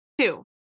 two